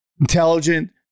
intelligent